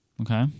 okay